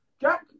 jack